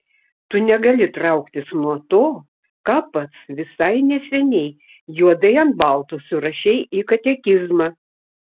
tu negali trauktis nuo to ką pats visai neseniai juodai ant balto surašei į katekizmą